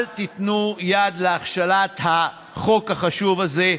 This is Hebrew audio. אל תיתנו יד להכשלת החוק החשוב הזה.